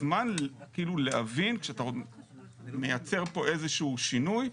זמן להבין, כשאתה מייצר פה איזה שהוא שינוי.